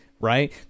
right